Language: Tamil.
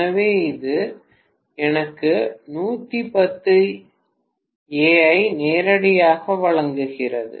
எனவே இது எனக்கு 110 A ஐ நேரடியாக வழங்குகிறது